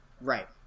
right